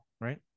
right